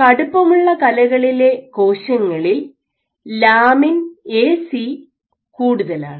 കടുപ്പമുള്ള കലകളിലെ കോശങ്ങളിൽ lamin AC Lamin AC കൂടുതലാണ്